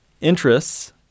interests